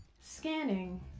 Scanning